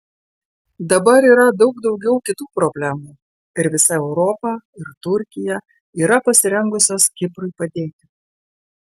dabar yra daug daugiau kitų problemų ir visa europa ir turkija yra pasirengusios kiprui padėti